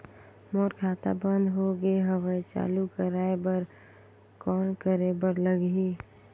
मोर खाता बंद हो गे हवय चालू कराय बर कौन करे बर लगही?